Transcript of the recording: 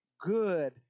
good